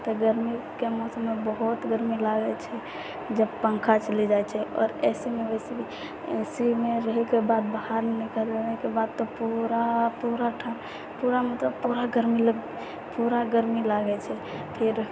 तऽ गरमीके मौसममे बहुत गरमी लागै छै जब पङ्खा चलि जाइ छै और ए सी मे वैसे भी ए सी मे रहयके बाद बाहर निकलनेके बाद तऽ पूरा पूरा पूरा मतलब पूरा गरमी पूरा गरमी लागै छै फेर